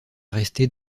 rester